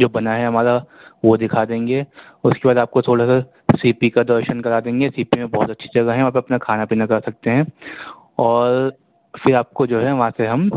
جو بنا ہے ہمارا وہ دکھا دیں گے اس کے بعد آپ کو تھوڑا سر سی پی کا درشن کرا دیں گے سی پی میں بہت اچھی جگہ ہیں وہاں پہ اپنا کھانا پینا کر سکتے ہیں اور پھر آپ کو جو ہے وہاں سے ہم